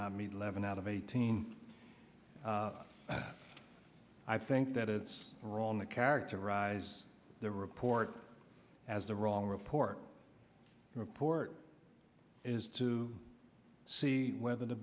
not meet levin out of eighteen i think that it's wrong to characterize the report as the wrong report the report is to see whether the